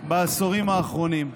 בעשורים האחרונים.